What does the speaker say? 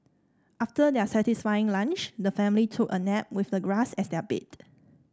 after their satisfying lunch the family took a nap with the grass as their bed